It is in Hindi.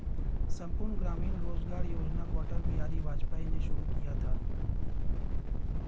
संपूर्ण ग्रामीण रोजगार योजना को अटल बिहारी वाजपेयी ने शुरू किया था